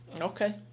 Okay